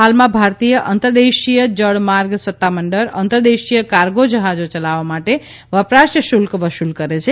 હાલમાં ભારતીય અંતર્દેશીય જળમાર્ગ સત્તામંડળ અંતર્દેશીય કાર્ગો જહાજો યલાવવા માટે વપરાશ શુલ્ક વસૂલ કરે છે